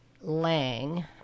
Lang